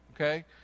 okay